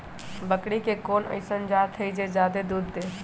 बकरी के कोन अइसन जात हई जे जादे दूध दे?